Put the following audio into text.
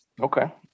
Okay